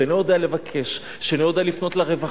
שאינו יודע לבקש, שאינו יודע לפנות לרווחה,